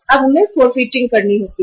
हमारे पास एक स्रोत फोर्फ़ाइटिंग है